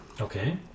Okay